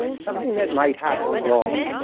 something that might happen wrong,